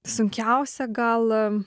sunkiausia gal